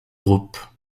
groupe